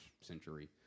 century